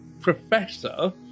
professor